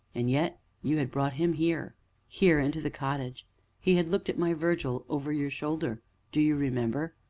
and yet you had brought him here here, into the cottage he had looked at my virgil over your shoulder do you remember?